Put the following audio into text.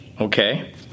Okay